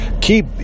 keep